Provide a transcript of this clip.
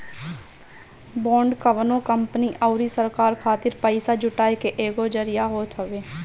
bond कवनो company अउरी सरकार खातिर पईसा जुटाए के एगो जरिया होत हवे